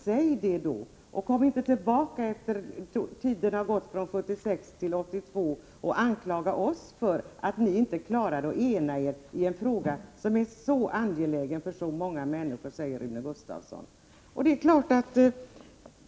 Säg då det, och gå inte tillbaka till tiden 1976-1982 och anklaga oss för att ni inte klarade att ena eri en fråga som — det säger ju Rune Gustavsson — är mycket angelägen för många människor.